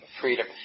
freedom